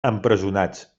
empresonats